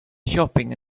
shopping